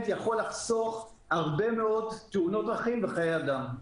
יכול לחסוך הרבה מאוד תאונות דרכים וחיי אדם.